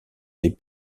les